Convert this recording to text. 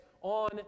on